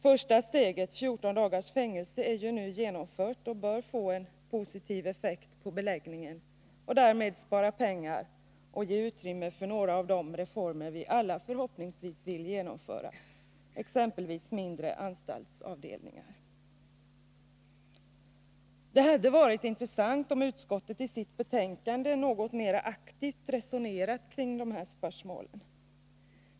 Första steget — 14 dagars fängelse — är ju nu genomfört och bör få en positiv effekt på beläggningen och därmed spara pengar och ge utrymme för några av de reformer vi alla förhoppningsvis vill genomföra, exempelvis mindre anstaltsavdelningar. Det hade varit intressant om utskottet i sitt betänkande något mera aktivt resonerat kring dessa spörsmål.